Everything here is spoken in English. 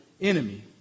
enemy